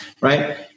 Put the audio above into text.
right